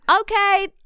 okay